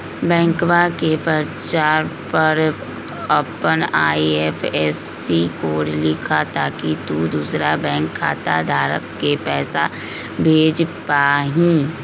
बैंकवा के पर्चा पर अपन आई.एफ.एस.सी कोड लिखा ताकि तु दुसरा बैंक खाता धारक के पैसा भेज पा हीं